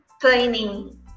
planning